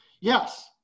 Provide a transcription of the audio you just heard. Yes